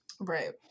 Right